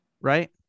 Right